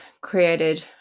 created